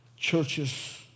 churches